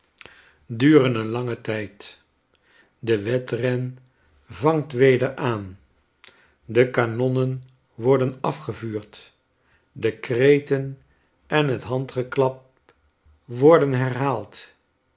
een langen tijd de wedren vangt weder aan de kanonnen worden afgevuurd de kreten en het handgeklap worden herhaald